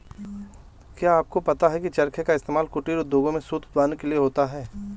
क्या आपको पता है की चरखे का इस्तेमाल कुटीर उद्योगों में सूत उत्पादन के लिए होता है